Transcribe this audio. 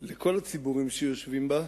לכל הציבורים שיושבים בה,